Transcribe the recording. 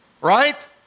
right